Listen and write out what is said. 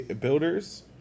Builders